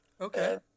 Okay